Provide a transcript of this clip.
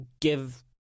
give